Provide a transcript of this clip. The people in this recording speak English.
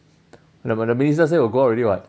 the but the minister will go up already [what]